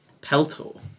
Peltor